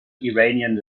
iranian